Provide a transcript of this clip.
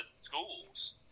schools